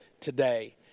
today